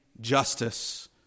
justice